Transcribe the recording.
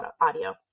audio